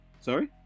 Sorry